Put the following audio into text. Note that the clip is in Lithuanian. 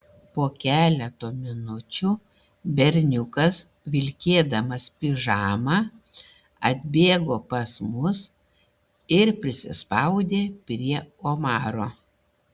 po keleto minučių berniukas vilkėdamas pižamą atbėgo pas mus ir prisispaudė prie omaro